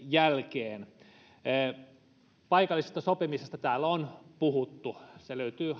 jälkeen paikallisesta sopimisesta täällä on puhuttu se löytyy